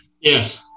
Yes